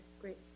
great